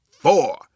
Four